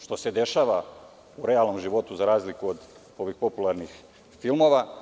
Što se dešava u realnom životu, za razliku od ovih popularnih filmova.